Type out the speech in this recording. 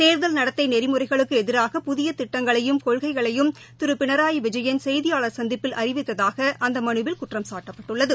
தேர்தல் நடத்தைநெறிமுறைகளுக்குஎதிராக புதியதிட்டங்களையும் கொள்கைகளையும் திருபினராயிவிஜயன் செய்தியாளா் சந்திப்பில் அறிவித்ததாகஅந்தமனுவில் குற்றம்சாட்டப்பட்டுள்ளது